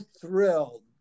thrilled